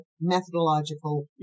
methodological